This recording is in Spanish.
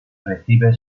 recibe